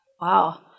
Wow